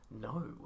No